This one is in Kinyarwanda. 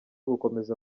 gukomeza